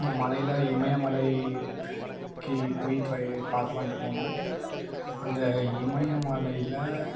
அங்கே மலையில் இமயமலைக்கு போயிட்டு பார்க்கலான்ட்டு போனோம் அந்த இமயமலையில்